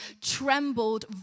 trembled